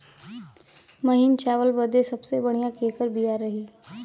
महीन चावल बदे सबसे बढ़िया केकर बिया रही?